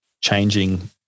changing